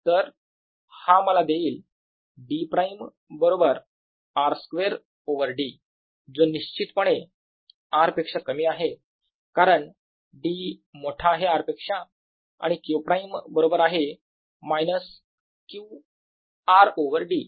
तर हा मला देईल d′ बरोबर R2 ओव्हर d जो निश्चित पणे R पेक्षा कमी आहे कारण d मोठा आहे R पेक्षा आणि q′ बरोबर आहे minus q R over d